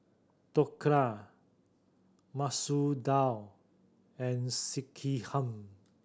Dhokla Masoor Dal and Sekihan